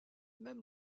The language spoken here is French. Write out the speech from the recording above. même